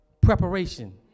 preparation